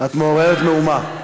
את מעוררת מהומה.